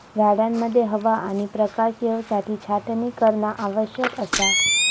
झाडांमध्ये हवा आणि प्रकाश येवसाठी छाटणी करणा आवश्यक असा